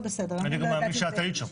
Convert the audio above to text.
אני גם מאמין שאת היית שם.